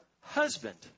husband